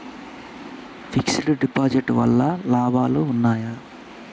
Fix డ్ deposit వల్ల లాభాలు ఉన్నాయి?